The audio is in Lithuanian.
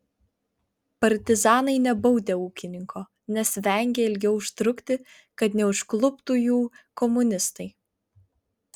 partizanai nebaudę ūkininko nes vengę ilgiau užtrukti kad neužkluptų jų komunistai